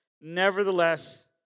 nevertheless